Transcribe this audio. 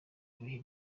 ibihe